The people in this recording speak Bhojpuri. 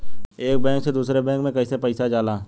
एक बैंक से दूसरे बैंक में कैसे पैसा जाला?